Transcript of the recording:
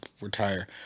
Retire